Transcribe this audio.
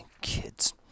Kids